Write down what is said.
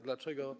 Dlaczego?